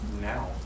now